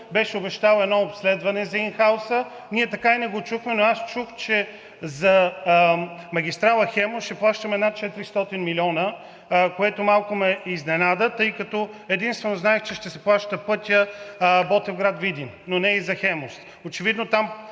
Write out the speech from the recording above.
беше обещал едно обследване за ин хауса – ние така и не го чухме. Но аз чух, че за магистрала „Хемус“ ще плащаме над 400 милиона, което малко ме изненада, тъй като единствено знаех, че ще се плаща пътят Ботевград – Видин, не и за „Хемус“. Очевидно там